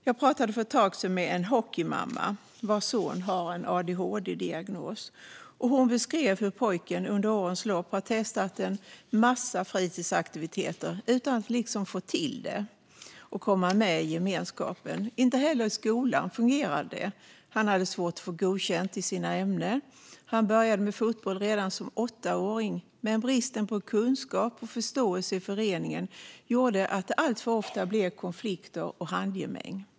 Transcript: Jag pratade för ett tag sedan med en hockeymamma vars son har en adhd-diagnos. Hon beskrev hur pojken under årens lopp hade testat en massa fritidsaktiviteter utan att liksom få till det och komma med i gemenskapen. Inte heller i skolan fungerade det. Han hade svårt att få godkänt i sina ämnen. Han började med fotboll redan som åttaåring, men bristen på kunskap och förståelse i föreningen gjorde att det alltför ofta blev konflikter och handgemäng.